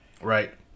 Right